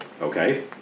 Okay